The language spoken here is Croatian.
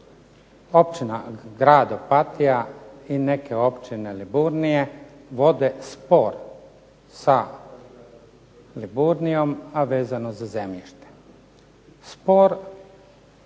Općina, grad Opatija i neke općine Liburnije vode spor sa Liburnijom, a vezano za zemljište.